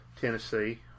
Tennessee